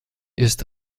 ist